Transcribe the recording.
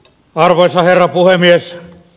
arvoisa herra puhemies